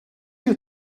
you